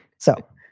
so,